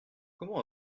comment